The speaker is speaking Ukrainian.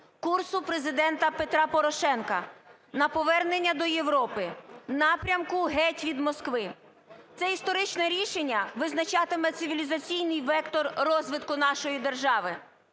курсу Президента Петра Порошенка на повернення до Європи в напрямку "геть від Москви". Це історичне рішення визначатиме цивілізаційний вектор розвитку нашої держави.